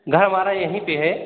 घर हमारा यहीं पे है